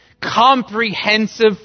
comprehensive